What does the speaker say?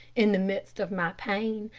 in the midst of my pain,